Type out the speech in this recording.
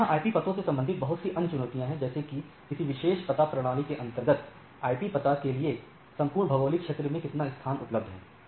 अतः यहां आईपी पतों से संबंधित बहुत सी अन्य चुनौतियां हैं जैसे कि किसी विशेष पाता प्रणाली के अंतर्गत आईपी पता के लिए संपूर्ण भौगोलिक क्षेत्र में कितना स्थान उपलब्ध है